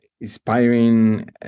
inspiring